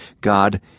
God